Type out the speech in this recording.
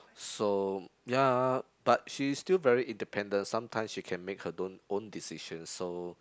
so ya but she's still very independent sometimes she can make her don't own decisions so